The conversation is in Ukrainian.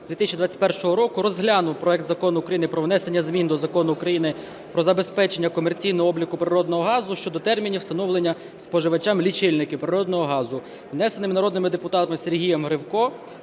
2021 року розглянув проект Закону України про внесення змін до Закону України "Про забезпечення комерційного обліку природного газу" щодо термінів встановлення споживачам лічильників природного газу, внесений народним депутатом Сергієм Гривко,